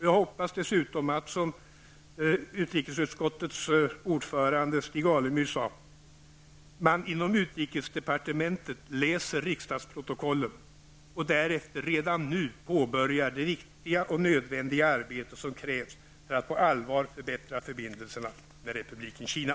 Jag hoppas dessutom, som utrikesutskottets ordförande Stig Alemyr sade, att man inom utrikesdepartementet läser riksdagsprotokollen och därefter redan nu påbörjar det viktiga och nödvändiga arbete som krävs för att på allvar förbättra förbindelserna med Republiken Kina.